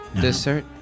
dessert